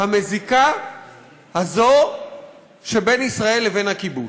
המזיקה הזאת שבין ישראל לבין הכיבוש.